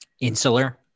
insular